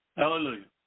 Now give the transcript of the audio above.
Hallelujah